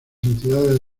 entidades